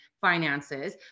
finances